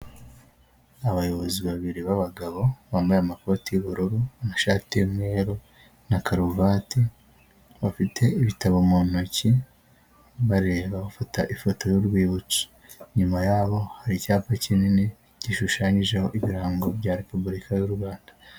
Abayobozi babiri b'abagabo bambaye amakoti y'ubururu, amashati y'umweru na karuvati, bafite ibitabo mu ntoki bareba bafata ifoto y'urwibutso, nyuma yaho hari icyapa kinini gishushanyijeho ibirango bya repubulika y'u Rwanda.